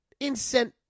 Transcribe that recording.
Incent